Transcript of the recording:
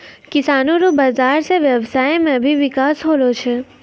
किसानो रो बाजार से व्यबसाय मे भी बिकास होलो छै